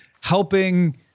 helping